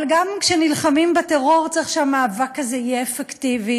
אבל גם כשנלחמים בטרור צריך שהמאבק הזה יהיה אפקטיבי,